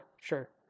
sure